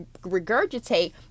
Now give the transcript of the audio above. regurgitate